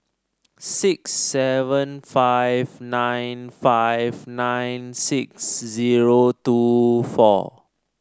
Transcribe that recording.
six seven five nine five nine six zero two four